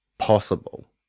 possible